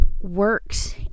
works